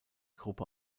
gruppe